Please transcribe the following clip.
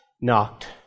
knocked